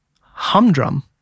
humdrum